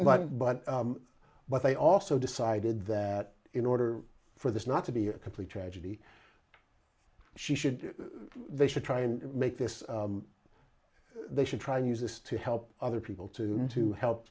yes but but they also decided that in order for this not to be a complete tragedy she should they should try and make this they should try to use this to help other people to to help